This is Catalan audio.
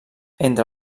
entre